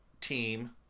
team